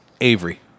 Avery